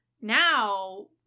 now